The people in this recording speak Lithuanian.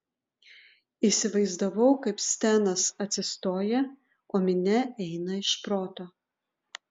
įsivaizdavau kaip stenas atsistoja o minia eina iš proto